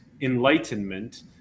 enlightenment